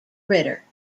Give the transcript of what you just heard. ritter